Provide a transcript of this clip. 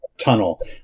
tunnel